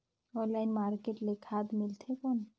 Online market ले खाद मिलथे कौन?